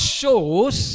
shows